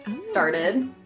started